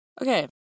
Okay